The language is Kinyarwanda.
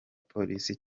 polisi